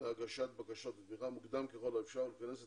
להגשת בקשות תמיכה מוקדם ככל האפשר ולכנס את